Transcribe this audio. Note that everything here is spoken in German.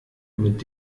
mit